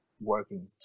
working